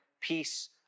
peace